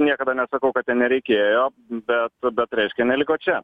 niekada nesakau kad ten nereikėjo bet bet reiškia neliko čia